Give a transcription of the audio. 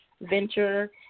venture